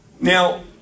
Now